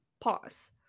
Pause